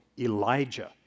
Elijah